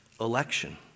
election